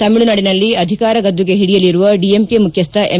ತಮಿಳುನಾಡಿನಲ್ಲಿ ಅಧಿಕಾರ ಗದ್ದುಗೆ ಹಿಡಿಯಲಿರುವ ಡಿಎಂಕೆ ಮುಖ್ಯಸ್ಟ ಎಂ